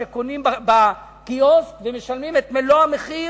שקונים בקיוסק ומשלמים את מלוא המחיר?